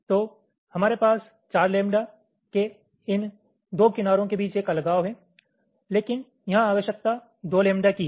तो हमारे पास 4 लैम्ब्डा के इन 2 किनारों के बीच एक अलगाव है लेकिन यहां आवश्यकता 2 लैम्ब्डा की है